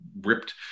ripped